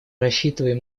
рассчитываем